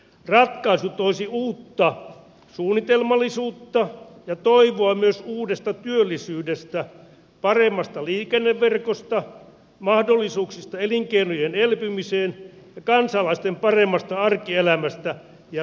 ratkaisu toisi uutta suunnitelmallisuutta ja toivoa myös uudesta työllisyydestä paremmasta liikenneverkosta mahdollisuuksista elinkeinojen elpymiseen ja kansalaisten paremmasta arkielämästä ja sosiaaliturvasta